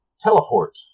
Teleport